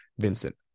Vincent